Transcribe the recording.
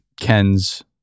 Ken's